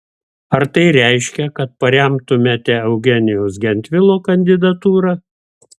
ar tai reiškia kad paremtumėte eugenijaus gentvilo kandidatūrą